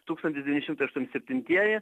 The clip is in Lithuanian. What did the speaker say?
tūkstantis devyni šimtas aštuom septintieji